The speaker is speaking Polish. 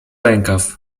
rękaw